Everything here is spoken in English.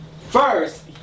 First